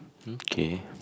mm kay